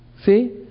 See